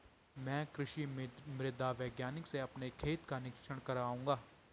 मैं कृषि मृदा वैज्ञानिक से अपने खेत का निरीक्षण कराऊंगा